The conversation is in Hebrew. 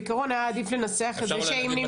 בעיקרון היה עדיף לנסח את זה שאם נמצאה